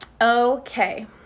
Okay